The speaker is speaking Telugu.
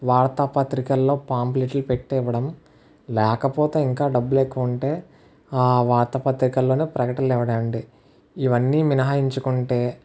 వార్తా పత్రికల్లో పాంప్లెట్లు పెట్టి ఇవ్వడం లేకపోతే ఇంకా డబ్బులు ఎక్కువ ఉంటే ఆ వార్తా పత్రికల్లోనే ప్రకటనలు ఇవ్వడమండి ఇవన్నీ మినహాయించుకుంటే